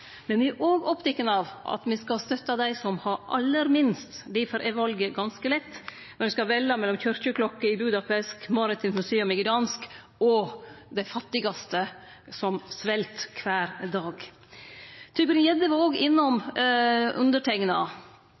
Men me er òg opptekne av at me skal støtte dei som har aller minst. Difor er valet ganske lett når ein skal velje mellom kyrkjeklokker i Budapest, maritimt museum i Gdansk og dei fattigaste, som svelt kvar dag. Representanten Tybring-Gjedde var òg innom underteikna.